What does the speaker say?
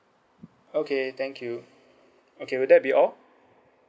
okay thank you okay will that be all